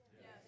Yes